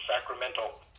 Sacramento